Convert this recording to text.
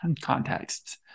contexts